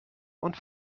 und